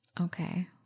Okay